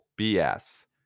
BS